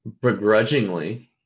begrudgingly